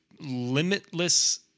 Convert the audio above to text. limitless